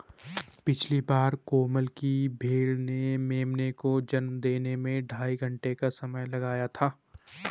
पिछली बार कोमल की भेड़ ने मेमने को जन्म देने में ढाई घंटे का समय लगाया था